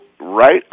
Right